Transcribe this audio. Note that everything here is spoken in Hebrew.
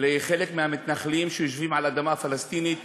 לחלק מהמתנחלים שיושבים על אדמה פלסטינית